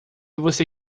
você